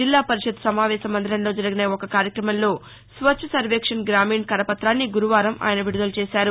జిల్లా పరిషత్ సమావేశ మందిరంలో జరిగిన ఒక కార్యక్రమంలో స్వఛ్ఛసర్వేక్షన్ గ్రామీణ్ కరపతాన్ని గురు వారం ఆయన విడుదల చేసారు